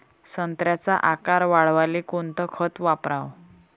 संत्र्याचा आकार वाढवाले कोणतं खत वापराव?